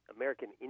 American